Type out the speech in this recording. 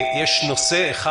יש נושא אחד.